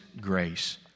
grace